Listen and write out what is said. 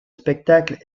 spectacles